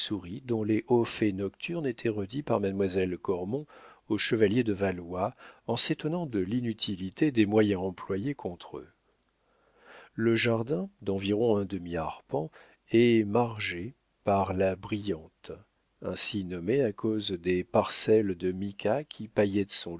dont les hauts faits nocturnes étaient redits par mademoiselle cormon au chevalier de valois en s'étonnant de l'inutilité des moyens employés contre eux le jardin d'environ un demi-arpent est margé par la brillante ainsi nommée à cause des parcelles de mica qui